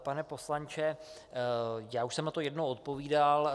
Pane poslanče, já už jsem na to jednou odpovídal.